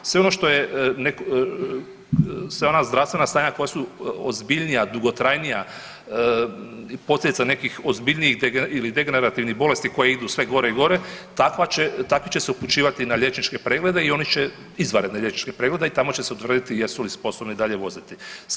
Sve ono što je, sva ona zdravstvena stanja koja su ozbiljnija, dugotrajnija, posljedica nekih ozbiljnijih ili ... bolesti koje idu sve gore i gore, takvi će se upućivati na liječničke preglede i oni će, izvanredne liječničke preglede i tamo će se utvrditi jesu li sposobni dalje voziti.